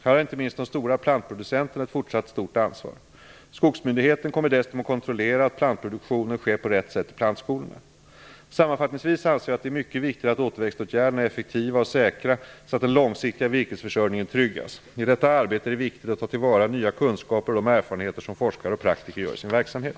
Här har inte minst de stora plantproducenterna ett fortsatt stort ansvar. Skogsmyndigheten kommer dessutom att kontrollera att plantproduktionen sker på rätt sätt i plantskolorna. Sammanfattningsvis anser jag att det är mycket viktigt att återväxtåtgärderna är effektiva och säkra så att den långsiktiga virkesförsörjningen tryggas. I detta arbete är det viktigt att ta till vara nya kunskaper och de erfarenheter som forskare och praktiker gör i sin verksamhet.